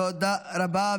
תודה רבה.